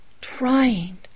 trying